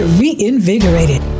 reinvigorated